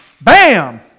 BAM